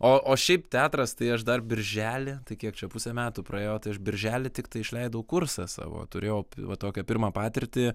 o o šiaip teatras tai aš dar birželį tai kiek čia pusę metų praėjo tai aš birželį tiktai išleidau kursą savo turėjau va tokią pirmą patirtį